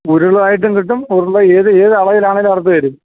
ഉരുളുമായിട്ടും കിട്ടും ഉരുൾ ഏത് ഏത് അളവിലാണെങ്കിലും അറുത്ത് തരും